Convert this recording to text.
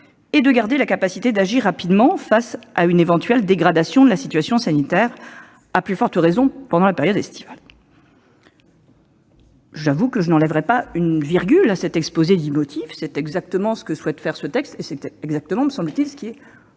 et de garder la capacité d'agir rapidement face à une éventuelle dégradation de la situation sanitaire, à plus forte raison pendant la période estivale ». J'avoue que je n'enlèverai pas une virgule à cette phrase ! C'est exactement ce que l'on souhaite faire au travers de ce texte, et c'est, me semble-t-il, parfaitement